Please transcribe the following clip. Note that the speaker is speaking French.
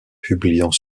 publiant